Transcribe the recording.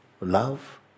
love